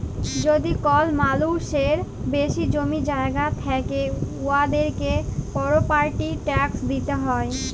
যদি কল মালুসের বেশি জমি জায়গা থ্যাকে উয়াদেরকে পরপার্টি ট্যাকস দিতে হ্যয়